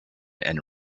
and